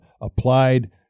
applied